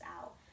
out